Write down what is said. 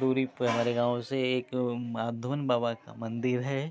दूरी पर हमारे गाँव से एक माधवन बाबा का मंदिर है